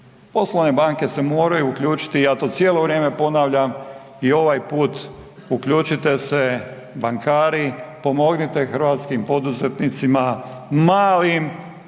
Poslovne banke se moraju uključiti i ja to cijelo vrijeme ponavljam i ovaj put, uključite se bankari, pomognite hrvatskim poduzetnicima, malim